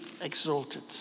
exalted